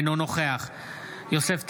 אינו נוכח יוסף טייב,